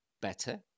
better